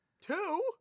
Two